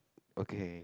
okay